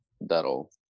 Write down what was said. that'll